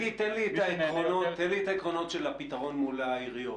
תן לי את העקרונות של הפתרון מול העיריות.